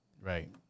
Right